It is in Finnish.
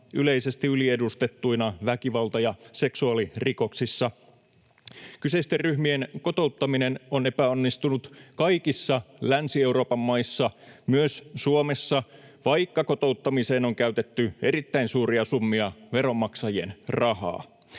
yleisesti yliedustettuina väkivalta‑ ja seksuaalirikoksissa. Kyseisten ryhmien kotouttaminen on epäonnistunut kaikissa Länsi-Euroopan maissa, myös Suomessa, vaikka kotouttamiseen on käytetty erittäin suuria summia veronmaksajien rahaa.